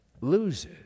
loses